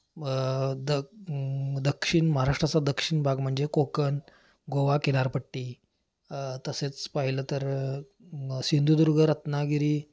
मग द दक्षिण महाराष्ट्राचा दक्षिण भाग म्हणजे कोकण गोवा किनारपट्टी तसेच पाहिलं तर सिंधुदुर्ग रत्नागिरी